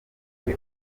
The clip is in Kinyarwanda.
guca